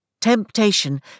Temptation